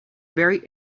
very